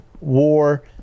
war